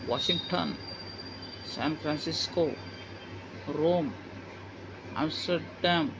Washington San Francisco Rome Amsterdam